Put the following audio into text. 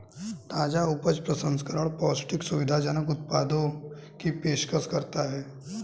ताजा उपज प्रसंस्करण पौष्टिक, सुविधाजनक उत्पादों की पेशकश करता है